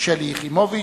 שלי יחימוביץ.